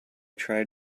tried